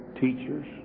teachers